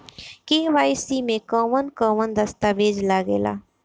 KYC में कवन कवन दस्तावेज लागे ला?